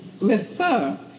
refer